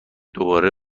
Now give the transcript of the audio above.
دوباره